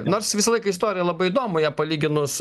nors visą laiką istorija labai įdomu ją palyginus